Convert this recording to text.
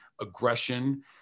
aggression